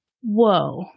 Whoa